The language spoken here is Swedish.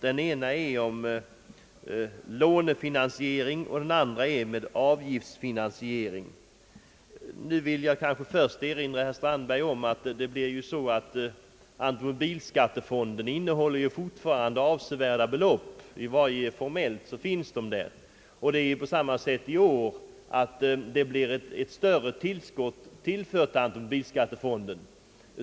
Den ena gäller lånefinansiering och den andra avgiftsfinansiering. Jag vill först erinra herr Strandberg om att automobilskattefonden fortfarande innehåller avsevärda belopp. I varje fall finns de där formeilt. Det är på samma sätt i år att det blir ett större tillskott som tillförs automobilskattefonden.